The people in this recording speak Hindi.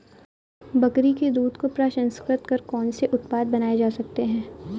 बकरी के दूध को प्रसंस्कृत कर कौन से उत्पाद बनाए जा सकते हैं?